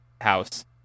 house